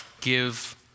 give